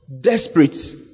Desperate